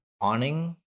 awning